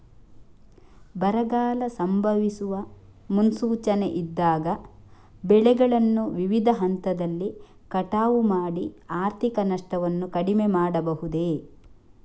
ಬರಗಾಲ ಸಂಭವಿಸುವ ಮುನ್ಸೂಚನೆ ಇದ್ದಾಗ ಬೆಳೆಗಳನ್ನು ವಿವಿಧ ಹಂತದಲ್ಲಿ ಕಟಾವು ಮಾಡಿ ಆರ್ಥಿಕ ನಷ್ಟವನ್ನು ಕಡಿಮೆ ಮಾಡಬಹುದೇ?